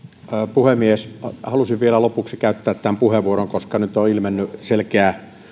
puhemies halusin vielä lopuksi käyttää tämän puheenvuoron koska nyt on ilmennyt selkeää